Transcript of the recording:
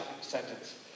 sentence